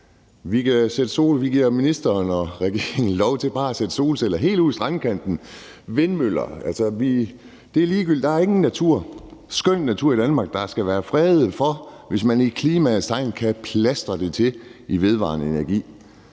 kan give ministeren og regeringen lov til bare at sætte solceller helt ud i strandkanten – og vindmøller. Altså, det er ligegyldigt. Der er ingen skøn natur i Danmark, der skal være i fred for i klimaets tegn at blive plastret til med vedvarende energi-anlæg.